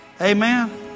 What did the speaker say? Amen